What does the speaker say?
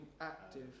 active